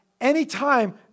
anytime